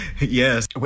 yes